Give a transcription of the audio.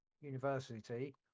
University